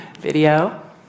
video